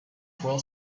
fuel